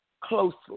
closely